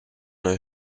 her